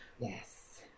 Yes